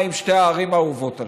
שתי הערים האהובות עלינו.